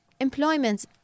employment